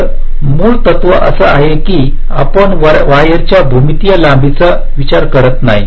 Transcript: तर मूळ तत्व असा आहे की येथे आपण वायरच्या भूमितीय लांबीचा विचार करीत नाही